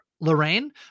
lorraine